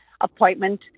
appointment